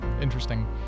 Interesting